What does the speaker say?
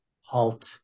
halt